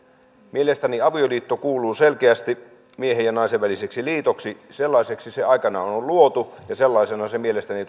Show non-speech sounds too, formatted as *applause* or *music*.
mielestäni avioliitto kuuluu selkeästi miehen ja naisen väliseksi liitoksi sellaiseksi se aikanaan on luotu ja sellaisena se mielestäni *unintelligible*